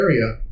area